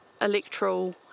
electoral